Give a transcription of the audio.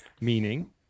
Meaning